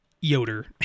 Yoder